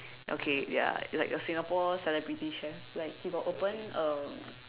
okay ya like a Singapore celebrity chef like he got open a